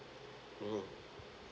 mmhmm